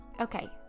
Okay